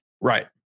Right